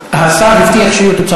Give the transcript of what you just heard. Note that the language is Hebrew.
כן, אבל השאלה, השר הבטיח שיהיו תוצאות.